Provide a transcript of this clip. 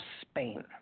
Spain